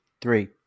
Three